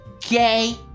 gay